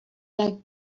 like